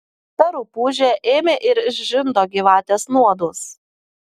ta rupūžė ėmė ir išžindo gyvatės nuodus